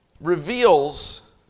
reveals